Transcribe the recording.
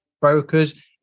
brokers